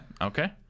okay